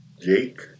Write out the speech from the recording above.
Jake